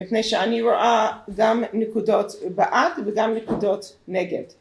‫לפני שאני רואה גם נקודות בעד ‫וגם נקודות נגד.